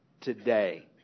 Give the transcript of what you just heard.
today